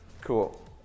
cool